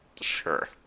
Sure